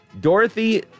Dorothy